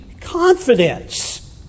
confidence